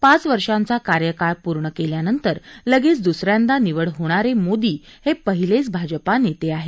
पाच वर्षांचा कार्यकाळ पूर्ण केल्यानंतर लगेच द्रस यांदा निवड होणारे मोदी हे पहिलेच भाजपा नेते आहेत